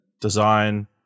Design